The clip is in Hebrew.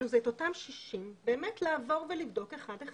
את אותם 60, באמת לעבור ולבדוק אחד אחד